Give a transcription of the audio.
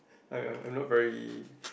I I I not very